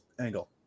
angle